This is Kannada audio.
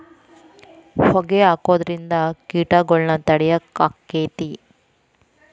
ಹೊಗಿ ಹಾಕುದ್ರಿಂದ ಕೇಟಗೊಳ್ನ ತಡಿಯಾಕ ಆಕ್ಕೆತಿ?